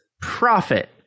profit